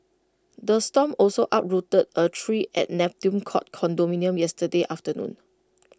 the storm also uprooted A tree at Neptune court condominium yesterday afternoon